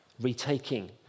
retaking